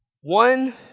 one